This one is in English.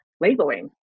labeling